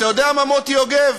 אתה יודע מה, מוטי יוגב?